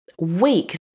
weak